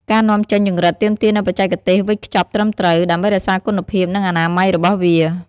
ការនាំចេញចង្រិតទាមទារនូវបច្ចេកវិទ្យាវេចខ្ចប់ត្រឹមត្រូវ ដើម្បីរក្សាគុណភាព និងអនាម័យរបស់វា។